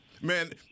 Man